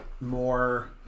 more